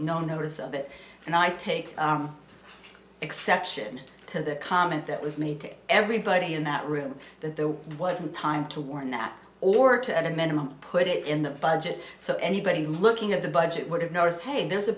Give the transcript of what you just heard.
no notice of it and i take exception to the comment that was made to everybody in that room that there wasn't time to work nap or to at a minimum put it in the budget so anybody looking at the budget would have noticed hey there's a